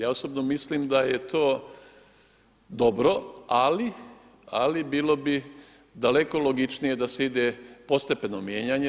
Ja osobno mislim da je to dobro ali bilo bi daleko logičnije da se ide postepeno mijenjanje.